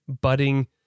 budding